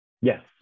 Yes